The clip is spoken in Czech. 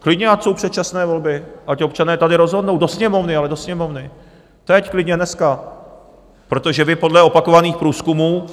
Klidně ať jsou předčasné volby, ať občané tady rozhodnou do Sněmovny, ale do Sněmovny teď, klidně dneska, protože vy podle opakovaných průzkumů